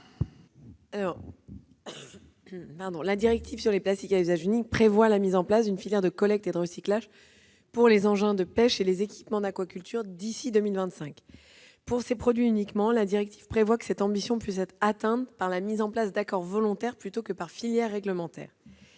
La directive sur les plastiques à usage unique prévoit la mise en place d'une filière de collecte et de recyclage pour les engins de pêche et les équipements d'aquaculture d'ici à 2025. Pour ces produits uniquement, la directive prévoit que cet objectif puisse être atteint par la mise en place d'accords volontaires plutôt que par la création